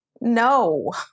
No